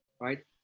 right